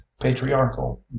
patriarchal